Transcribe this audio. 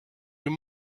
your